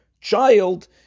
child